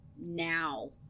now